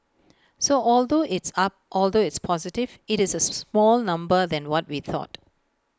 so although it's up although it's positive IT is A small number than what we thought